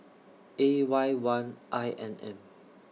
A Y one I N M